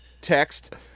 text